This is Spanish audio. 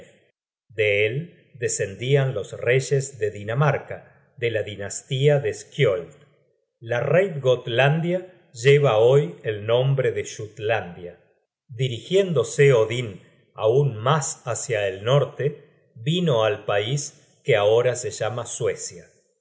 él descendian los reyes de dinamarca de la dinastía de skioeld la reidgotlandia lleva hoy el nombre de jutlandia dirigiéndose odin aun mas hácia el norte vino al pais que ahora se llama suecia